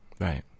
right